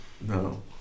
No